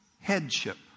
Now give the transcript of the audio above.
Headship